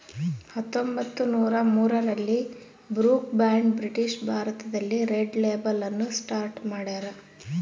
ಹತ್ತೊಂಬತ್ತುನೂರ ಮೂರರಲ್ಲಿ Brooke Bond British ಭಾರತದಲ್ಲಿ ರೆಡ್ ಲೇಬಲ್ ಅನ್ನು ಸ್ಟಾರ್ಟ್ ಮಾಡ್ಯಾರ